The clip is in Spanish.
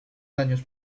daños